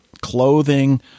clothing